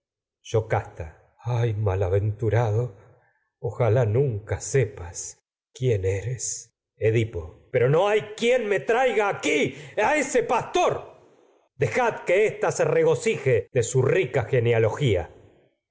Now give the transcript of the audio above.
yocasta ay malaventurado ojalá nunca sepas quién eres edipo pero que no hay quien se me traiga aquí a ese pastor logía dejad ésta regocije de su rica